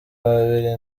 babiri